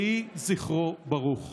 יהיה זכרו ברוך.